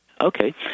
Okay